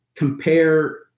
Compare